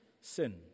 sin